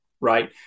right